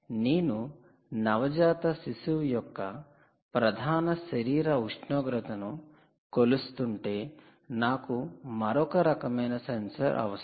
నేను నవజాత శిశువు యొక్క ప్రధాన శరీర ఉష్ణోగ్రతను కొలుస్తుంటే నాకు మరొక రకమైన సెన్సార్ అవసరం